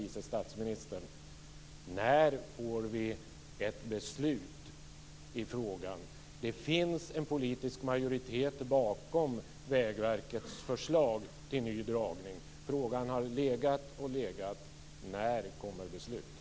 Det finns en politisk majoritet bakom Vägverkets förslag till ny dragning. Frågan har legat och legat. När kommer beslutet?